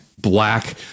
black